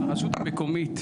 הרשות המקומית,